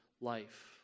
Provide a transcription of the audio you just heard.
life